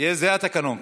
זה התקנון.